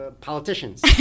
politicians